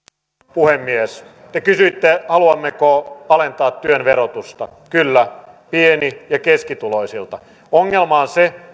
puhemies te kysyitte haluammeko alentaa työn verotusta kyllä pieni ja keskituloisilta ongelma on se